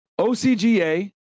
OCGA